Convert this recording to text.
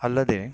ಅಲ್ಲದೆ